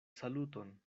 saluton